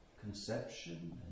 conception